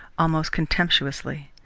almost contemptuously.